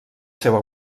seva